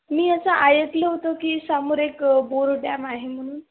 मी असं ऐकलं होतं की समोर एक बोर डॅम आहे म्हणून